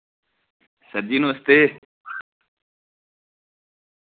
sir जी नमस्ते